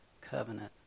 covenant